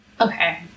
Okay